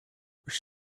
were